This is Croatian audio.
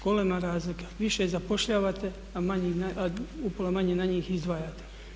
Golema razlika, više zapošljavate a upola manje na njih izdvajate.